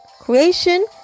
creation